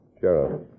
Sheriff